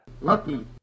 lucky